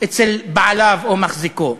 אצל בעליו או מחזיקו.